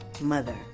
mother